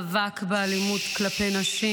באלימות כלפי נשים.